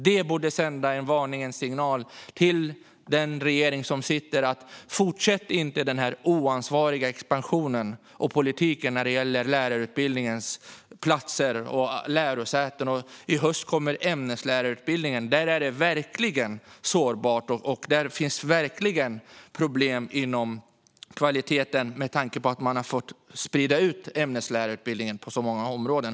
Det borde sända en varningens signal till sittande regering att inte fortsätta den oansvariga politiken och expansionen när det gäller platserna på lärarutbildningen och lärosätena. I höst är det dags för ämneslärarutbildningen. Där är det verkligen sårbart, och där finns verkligen problem med kvaliteten - med tanke på att ämneslärarutbildningen har spridits ut på så många områden.